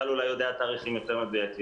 גל אולי יודע תאריכים יותר מדויקים.